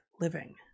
living